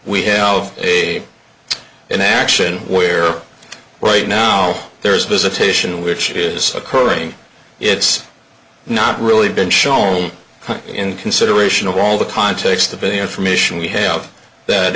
we have a inaction where right now there is visitation which is occurring it's not really been shown in consideration of all the context the billion for mission we have that